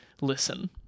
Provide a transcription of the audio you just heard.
listen